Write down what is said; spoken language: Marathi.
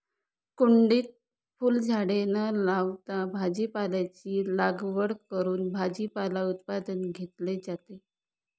कुंडीत फुलझाडे न लावता भाजीपाल्याची लागवड करून भाजीपाला उत्पादन घेतले जाते